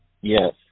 Yes